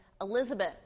Elizabeth